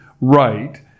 right